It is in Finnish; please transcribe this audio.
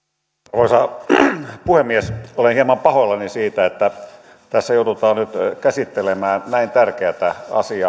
arvoisa puhemies olen hieman pahoillani siitä että tässä joudutaan nyt käsittelemään näin tärkeätä asiaa täällä